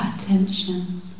attention